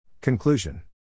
Conclusion